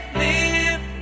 live